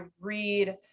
read